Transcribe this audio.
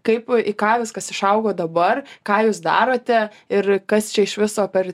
kaip į ką viskas išaugo dabar ką jūs darote ir kas čia iš viso per